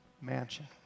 mansion